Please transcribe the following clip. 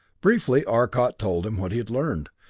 briefly arcot told him what he had learned,